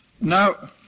Now